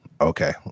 okay